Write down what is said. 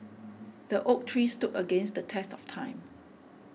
the oak tree stood against the test of time